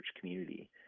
community